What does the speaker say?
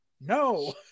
no